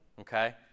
okay